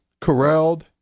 corralled